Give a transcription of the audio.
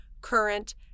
current